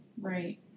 Right